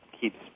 keeps